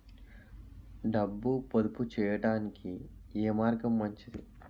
డబ్బు పొదుపు చేయటానికి ఏ మార్గం మంచిది?